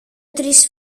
τρεις